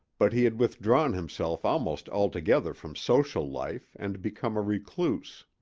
but he had withdrawn himself almost altogether from social life and become a recluse.